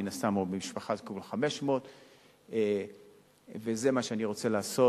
מן הסתם במשפחה יקבלו 500. וזה מה שאני רוצה לעשות.